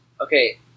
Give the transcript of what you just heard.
Okay